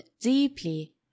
deeply